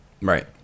Right